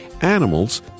Animals